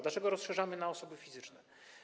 Dlaczego rozszerzamy to na osoby fizyczne?